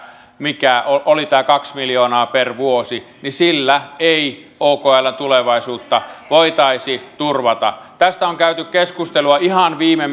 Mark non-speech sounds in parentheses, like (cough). mikä oli tämä kaksi miljoonaa per vuosi ei okln tulevaisuutta voitaisi turvata tästä on käyty keskustelua ihan viime (unintelligible)